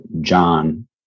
John